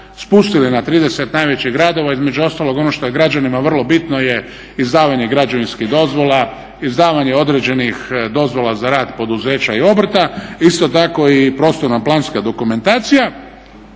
spustili na 30 najvećih gradova, između ostalog ono što je građanima vrlo bitno je izdavanje građevinskih dozvola, izdavanje određenih dozvola za rad poduzeća i obrta, isto tako i prostorna planska dokumentacija.